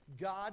God